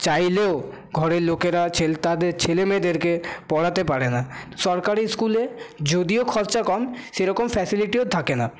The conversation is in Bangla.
চাইলেও ঘরের লোকেরা ছেলে তাদের ছেলেমেয়েদেরকে পড়াতে পারে না সরকারি ইস্কুলে যদিও খরচা কম সেরকম ফ্যাসিলিটিও থাকে না